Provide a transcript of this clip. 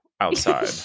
outside